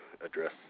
address